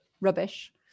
rubbish